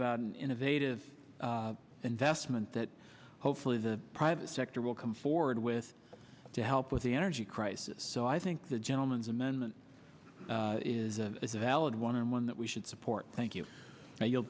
about an innovative investment that hopefully the private sector will come forward with to help with the energy crisis so i think the gentleman's amendment is a valid one and one that we should support thank you and you'll